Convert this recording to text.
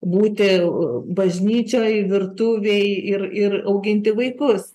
būti bažnyčioj virtuvėj ir ir auginti vaikus